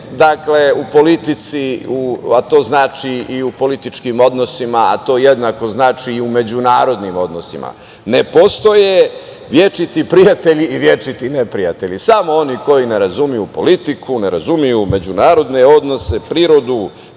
postoje u politici, a to znači u političkim odnosima, a to jednako znači i u međunarodnim odnosima, ne postoje večiti prijatelji i večiti neprijatelji. Samo oni koji ne razumeju politiku, ne razumeju međunarodne odnose, prirodu,